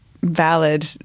valid